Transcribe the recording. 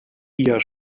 ihr